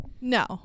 no